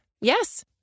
Yes